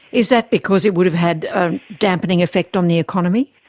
is that because it would have had a dampening effect on the economy?